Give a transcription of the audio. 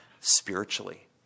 spiritually